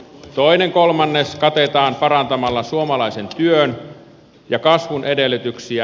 toinen kolmannes katetaan parantamalla suomalaisen työn ja kasvun edellytyksiä